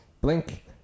Blink